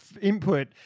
input